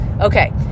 Okay